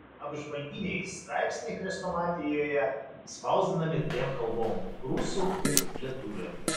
apžvalginiai straipsniai chrestomatijoje spausdinami dviem kalbom rusų ir lietuvių